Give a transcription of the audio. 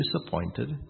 disappointed